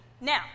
now